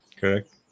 Correct